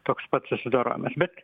toks pat susidorojimas bet